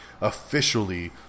Officially